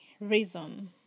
reason